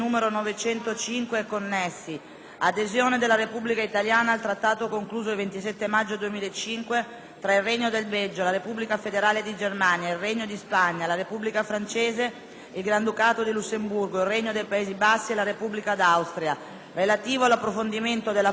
***Adesione della Repubblica italiana al Trattato concluso il 27 maggio 2005 tra il Regno del Belgio, la Repubblica federale di Germania, il Regno di Spagna, la Repubblica francese, il Granducato di Lussemburgo, il Regno dei Paesi Bassi e la Repubblica d'Austria, relativo all'approfondimento della cooperazione transfrontaliera, in particolare